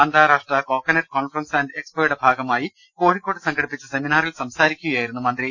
അന്താരാഷ്ട്ര coconut conference and എക്സ്പോയുടെ ഭാഗമായി കോഴിക്കോട്ട് സംഘടിപ്പിച്ച സെമിനാ റിൽ സംസാരിക്കുകയായിരുന്നു മന്ത്രി